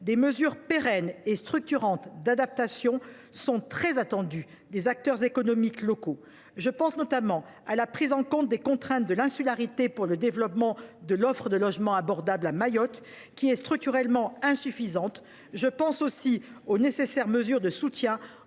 Des mesures pérennes et structurantes d’adaptation sont très attendues par les acteurs économiques locaux. Je pense notamment à la prise en compte des contraintes de l’insularité pour le développement de l’offre de logements abordables à Mayotte, structurellement insuffisante, ainsi qu’aux nécessaires mesures de soutien